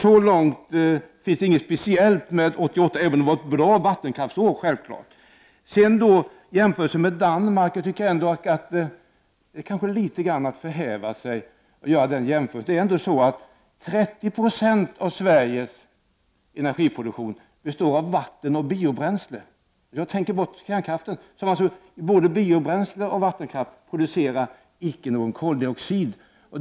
Så långt är alltså 1988 inte något speciellt år även om det självfallet var ett bättre vattenkraftsår. Att göra jämförelse med Danmark är kanske att förhäva sig litet grand. 30 20 av Sveriges energiproduktion består trots allt av vatten och biobränslen. Jag tänker bort kärnkraften. Varken biobränslen eller vattenkraft ger någon koldioxid.